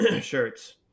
shirts